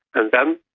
and then,